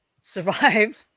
survive